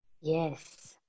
Yes